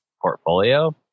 portfolio